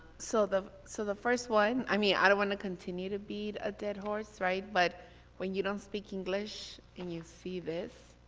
so the so the first one i mean, i don't want to continue to beat a dead horse, right, but when you don't speak english and you see this,